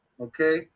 Okay